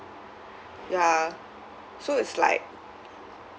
ya so it's like